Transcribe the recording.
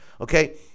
okay